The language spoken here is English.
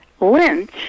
Lynch